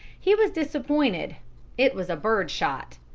he was disappointed it was bird shot.